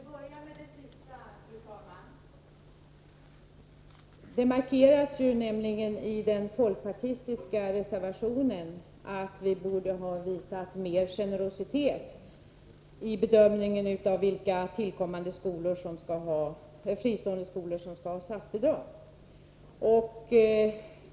Fru talman! Låt mig börja med det sista som Linnea Hörlén sade. Det markeras i den folkpartistiska reservationen att vi borde ha visat större generositet i bedömningen av vilka fristående skolor som skall få statsbidrag.